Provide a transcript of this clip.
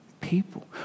people